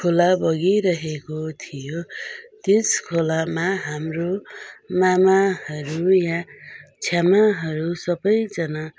खोला बगिरहेको थियो त्यस खोलामा हाम्रो मामाहरू या छेमाहरू सबैजना